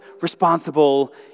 responsible